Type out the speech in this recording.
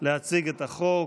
להציג את החוק.